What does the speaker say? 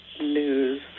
news